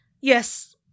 Yes